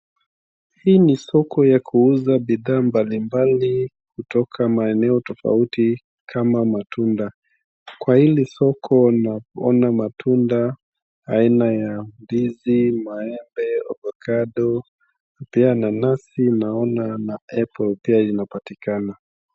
Hii ni soko ya kuuza bidhaa mbalimbali kutoka maeneo tofauti kama matunda. Kwa hili soko naona matunda aina ya ndizi ,maembe, ovacado pia nanasi naona na pia apple inapatikana.